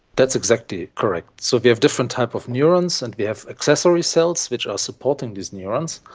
that's exactly correct. so we have different types of neurons and we have accessory cells which are supporting these neurons.